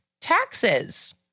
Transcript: taxes